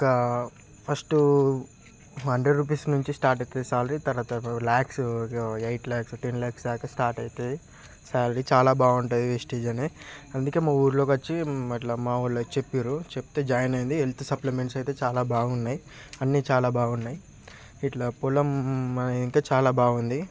ఒకా first hundred rupees నుంచి start అయితది సాలరీ తర్వాత ల్యాక్స్ ఎయిట్ ల్యాక్స్ టెన్ ల్యాక్స్ దాక స్టార్ట్ అవుతుంది సాలరీ చాలా బాగుంటుంది విస్టిజ్ అని అందుకే మా ఊరిలోకి వచ్చి ఇట్ల మా ఊరిలో చెప్పిర్రు చెప్తే జాయిన్ అయింది హెల్త్ సప్లిమెంట్స్ అయితే చాలా బాగున్నాయి అన్ని చాలా బాగున్నాయి ఇట్ల పొలం ఇంకా చాలా బాగుంది